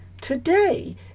Today